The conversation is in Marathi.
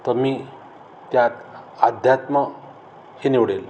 तर मी त्यात अध्यात्म हे निवडेल